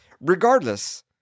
Regardless